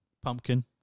pumpkin